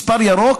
מספר ירוק.